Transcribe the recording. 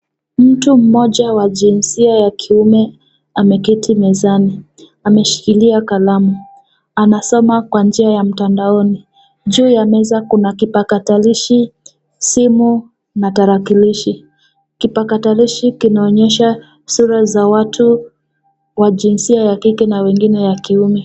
Mtu mmoja wa jinsia ya kiume ameketi mezani, ameshikilia kalamu, anasoma kwa njia ya mtandaoni. Juu ya meza kuna kipakatalishi, simu na tarakilishi. Kipakatalishi kinaonyesha sura za watu wa jinsia ya kike na wengine ya kiume.